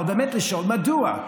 אבל באמת לשאול: מדוע,